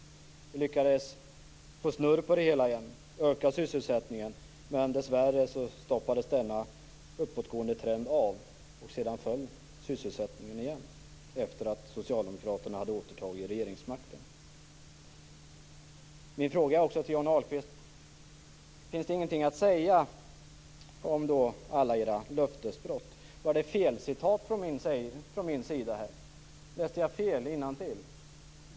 Vi lyckades få snurr på det hela igen och öka sysselsättningen. Men dessvärre stoppades denna uppåtgående trend. Sedan föll sysselsättningen igen efter det att socialdemokraterna hade återtagit regeringsmakten. Jag har också en fråga till Johnny Ahlqvist. Finns det ingenting att säga om alla era löftesbrott? Var det felcitat från min sida? Läste jag fel innantill?